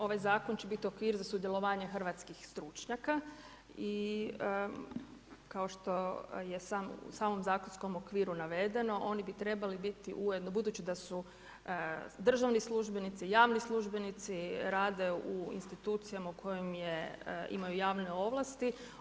Ovaj zakon će biti okvir za sudjelovanje hrvatskih stručnjaka i kao što je u samom zakonskom okviru navedeno, oni bi trebali biti, budući da su državni službenici, javni službenici, rade u institucijama u kojem imaju javne ovlasti.